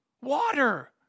Water